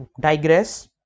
digress